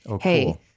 Hey